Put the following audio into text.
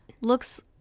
looks